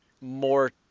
more